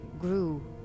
grew